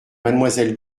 mademoiselle